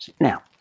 Now